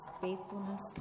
faithfulness